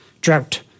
drought